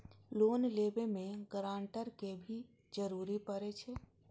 Loan लेबे में guarantor के भी जरूरी परे छै?